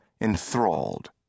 enthralled